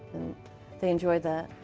they enjoyed that.